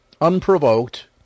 unprovoked